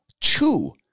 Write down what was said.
two